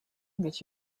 get